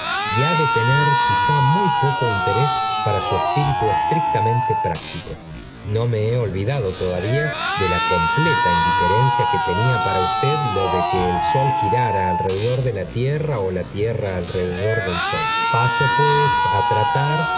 y ha de tener quizá muy poco interés para su espíritu estrictamente práctico no me he olvidado todavía de la completa indiferencia que tenía para usted lo de que el sol girara alrededor de la tierra ó la tierra alrededor del sol paso pues á tratar